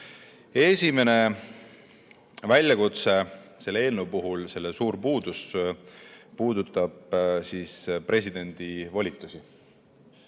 väljakutse selle eelnõu puhul, selle suur puudus puudutab presidendi volitusi.